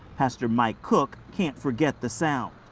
pastor mike cook can't forget the sound.